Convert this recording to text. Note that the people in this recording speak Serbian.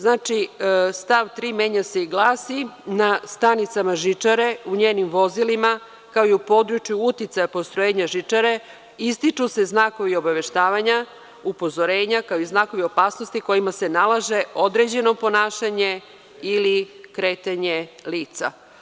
Znači, stav 3. menja se i glasi: „Na stanicama žičare, u njenim vozilima ,kao i u području uticaja postrojenja žičare, ističu se znakovi obaveštavanja, upozorenja, kao i znakovi opasnosti kojima se nalaže određeno ponašanje ili kretanje lica“